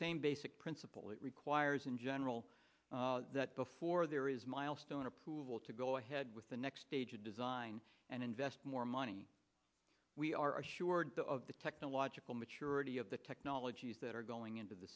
same basic principle it requires in general that before there is milestone approval to go ahead with the next stage of design and invest more money we are assured that of the technological maturity the technologies that are going into the